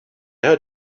heard